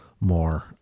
more